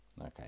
Okay